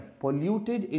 polluted